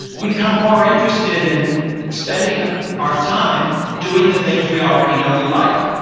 we come more interested in spending ah our time doing the things we already know we like.